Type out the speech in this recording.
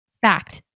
fact